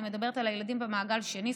אני מדברת על הילדים במעגל שני,